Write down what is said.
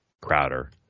Crowder